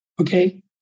okay